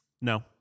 No